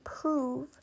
prove